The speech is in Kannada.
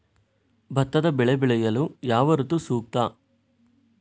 ಭತ್ತದ ಬೆಳೆ ಬೆಳೆಯಲು ಯಾವ ಋತು ಸೂಕ್ತ?